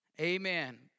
Amen